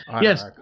Yes